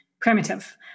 primitive